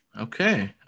Okay